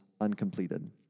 uncompleted